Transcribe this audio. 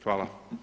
Hvala.